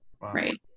Right